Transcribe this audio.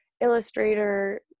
Illustrator